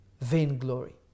Vainglory